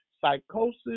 psychosis